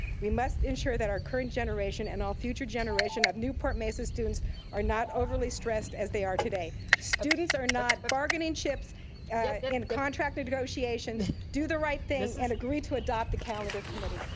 we must ensure that our current generation and all future generation of newport-mesa students are not overly stressed as they are today. students are not bargaining chips in contract negotiations. do the right thing and agree to adopt the calendar committee.